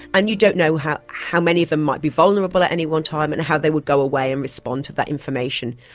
and you don't know how how many of them might be vulnerable at any one time and how they would go away and respond to that information.